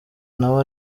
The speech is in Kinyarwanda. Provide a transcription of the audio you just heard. nawe